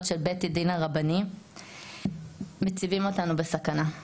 של הדין הרבני מציבים אותנו בסכנה.